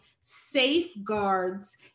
safeguards